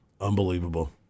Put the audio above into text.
Unbelievable